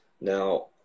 Now